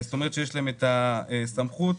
יש להם את הסמכות.